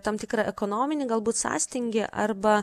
tam tikrą ekonominį galbūt sąstingį arba